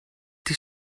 die